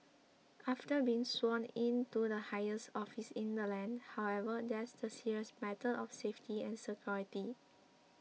after being sworn in to the highest office in the land however there's the serious matter of safety and security